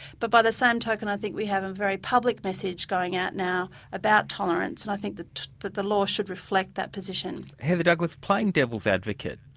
but by the same token i think we have a very public message going out now about tolerance and i think that the law should reflect that position. heather douglas, playing devil's advocate,